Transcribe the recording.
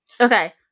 okay